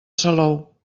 salou